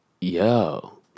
Yo